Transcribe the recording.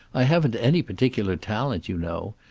i haven't any particular talent, you know.